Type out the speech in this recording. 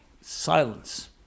Silence